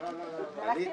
הישיבה